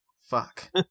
fuck